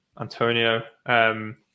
Antonio